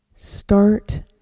Start